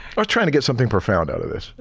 i was trying to get something profound out of this.